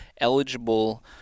eligible